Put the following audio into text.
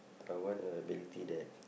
I want ability that